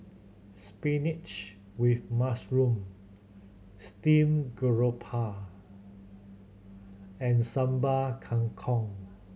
spinach with mushroom steamed garoupa and Sambal Kangkong